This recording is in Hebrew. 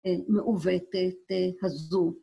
מעוותת הזו